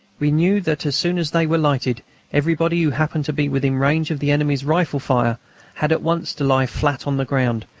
we knew that as soon as they were lighted everybody who happened to be within range of the enemy's rifle fire had at once to lie flat on the ground,